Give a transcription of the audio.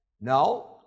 No